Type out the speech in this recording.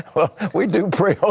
well we do pray